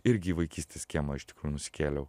irgi į vaikystės kiemą iš tikrųjų nusikėliau